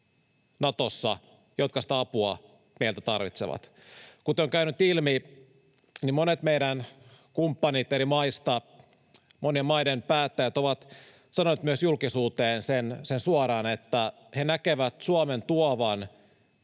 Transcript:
Natossa, jotka sitä apua meiltä tarvitsevat. Kuten on käynyt ilmi, monet meidän kumppanimme eri maista, monien maiden päättäjät ovat sanoneet myös julkisuuteen suoraan sen, että he näkevät, että Suomi